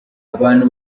abantu